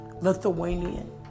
Lithuanian